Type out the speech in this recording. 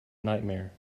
nightmare